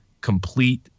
complete